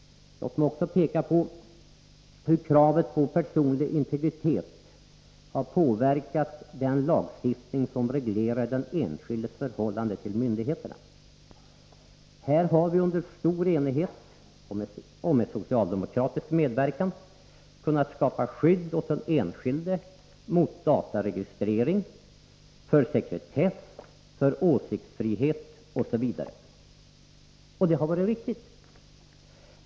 Låt mig också peka på hur kravet på personlig integritet har påverkat den lagstiftning som reglerar den enskildes förhållande till myndigheterna. Här har vi under stor enighet och med socialdemokratisk medverkan kunnat skapa skydd åt den enskilde mot dataregistrering, för sekretess, för åsiktsfrihet osv. Och det har varit riktigt.